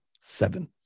seven